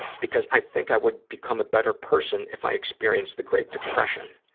because i think i would become a better person if i experienced the great depression.